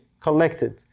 collected